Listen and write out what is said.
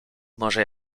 może